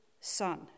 son